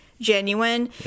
genuine